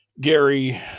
Gary